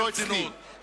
לא אצלי,